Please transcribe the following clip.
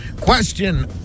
Question